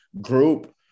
group